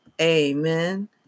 amen